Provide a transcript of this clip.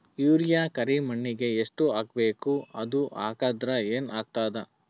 Urea ಕರಿಮಣ್ಣಿಗೆ ಎಷ್ಟ್ ಹಾಕ್ಬೇಕ್, ಅದು ಹಾಕದ್ರ ಏನ್ ಆಗ್ತಾದ?